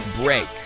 break